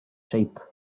shape